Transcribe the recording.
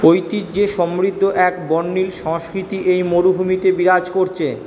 ঐতিহ্যে সমৃদ্ধ এক বর্ণিল সংস্কৃতি এই মরুভূমিতে বিরাজ করছে